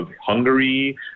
Hungary